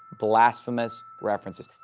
blasphemous references.